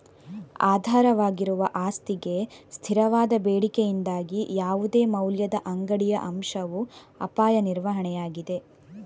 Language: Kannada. ಆಧಾರವಾಗಿರುವ ಆಸ್ತಿಗೆ ಸ್ಥಿರವಾದ ಬೇಡಿಕೆಯಿಂದಾಗಿ ಯಾವುದೇ ಮೌಲ್ಯದ ಅಂಗಡಿಯ ಅಂಶವು ಅಪಾಯ ನಿರ್ವಹಣೆಯಾಗಿದೆ